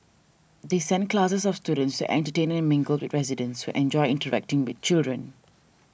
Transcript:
they send classes of students to entertain and mingle with residents enjoy interacting with the children